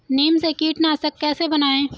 नीम से कीटनाशक कैसे बनाएं?